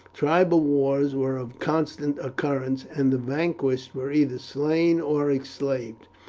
tribal wars were of constant occurrence, and the vanquished were either slain or enslaved.